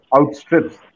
outstrips